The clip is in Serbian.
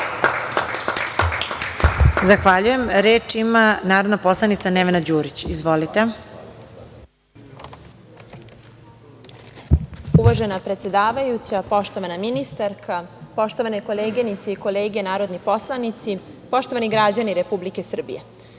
Zahvaljujem. Reč ima narodna poslanica Nevena Đurić. Izvolite. **Nevena Đurić** Uvažena predsedavajuća, poštovana ministarka, poštovane koleginice i kolege narodni poslanici, poštovani građani Republike Srbije,